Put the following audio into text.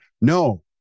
No